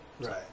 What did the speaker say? Right